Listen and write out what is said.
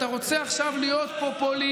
אתה רוצה עכשיו להיות פופוליסט,